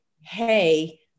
Hey